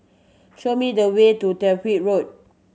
show me the way to Tyrwhitt Road